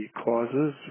clauses